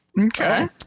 Okay